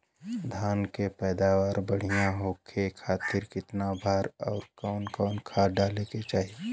धान के पैदावार बढ़िया होखे खाती कितना बार अउर कवन कवन खाद डाले के चाही?